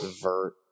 vert